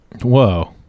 Whoa